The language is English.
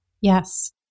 Yes